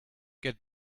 get